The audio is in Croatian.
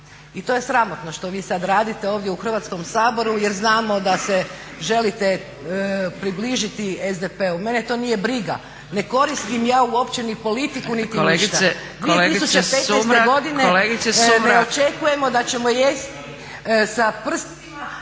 i to je sramotno što vi sad radite ovdje u Hrvatskom saboru jer znamo da se želite približiti SDP-u. Mene to nije briga, ne koristim ja uopće ni politiku niti ništa. **Zgrebec, Dragica (SDP)** Kolegice, kolegice